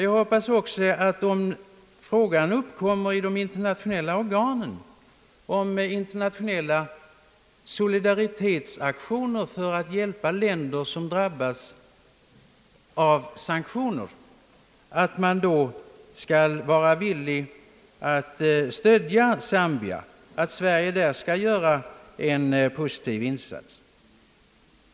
Jag hoppas också att, om fråga om internationella solidaritetsaktioner för att hjälpa länder som drabbas av sanktioner uppkommer i de internationella organen, Sverige är villigt att göra en positiv insats för att stödja Zambia.